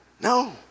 No